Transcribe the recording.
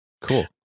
Cool